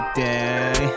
day